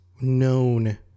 known